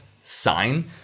sign